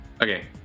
Okay